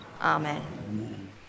amen